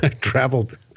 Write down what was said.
traveled